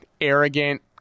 arrogant